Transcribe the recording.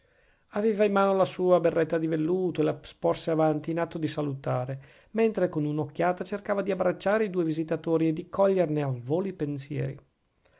aveva in mano la sua berretta di velluto e la sporse avanti in atto di salutare mentre con una occhiata cercava di abbracciare i due visitatori e di coglierne a volo i pensieri